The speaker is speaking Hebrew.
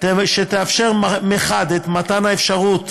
שתאפשר מחד גיסא את מתן האפשרות